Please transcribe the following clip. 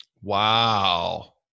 Wow